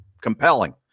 compelling